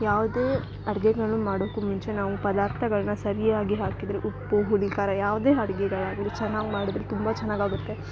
ಯಾವುದೇ ಅಡಿಗೆಗಳು ಮಾಡೋಕು ಮುಂಚೆ ನಾವು ಪದಾರ್ಥಗಳ್ನ ಸರಿಯಾಗಿ ಹಾಕಿದ್ರೆ ಉಪ್ಪು ಹುಳಿ ಖಾರ ಯಾವುದೇ ಅಡ್ಗೆಗಳಾಗ್ಲಿ ಚೆನಾಗ್ ಮಾಡಿದ್ರೆ ತುಂಬ ಚೆನ್ನಾಗಾಗುತ್ತೆ